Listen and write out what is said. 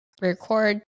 record